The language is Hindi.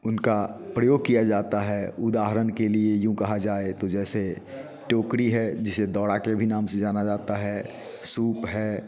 उनका प्रयोग किया जाता है उदाहरण के लिए यूँ कहाँ जाए तो जैसे टोकरी है जिसे दौड़ा के भी नाम से जाना जाता है सूप है